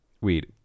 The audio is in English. weed